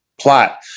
plot